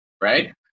right